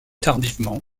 tardivement